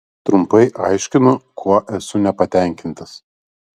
trumpai aiškinau kuo esu nepatenkintas